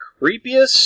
creepiest